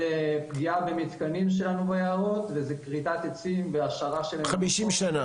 זה פגיעה במתקנים שלנו ביערות וזה כריתת עצים --- חמישים שנה,